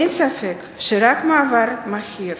אין ספק שרק מעבר מהיר